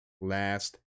last